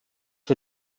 wir